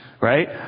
right